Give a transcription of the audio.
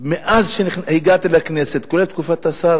מאז שהגעתי לכנסת,